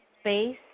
space